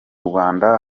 rwanda